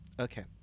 Okay